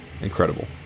incredible